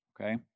Okay